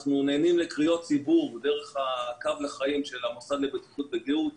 אנחנו נענים לקריאות ציבור דרך הקו לחיים של המוסד לבטיחות ולגיהות,